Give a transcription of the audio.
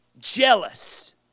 jealous